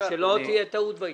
שלא תהיה טעות בעניין.